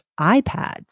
iPads